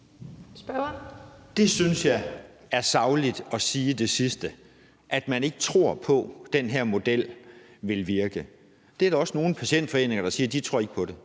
Jeg synes, det er sagligt at sige det sidste: at man ikke tror på, at den her model vil virke. Der er også nogle patientforeninger, der siger, at de ikke tror på det.